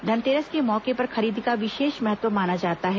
धनतेरस के मौके पर खरीदी का विषेष महत्व माना जाता है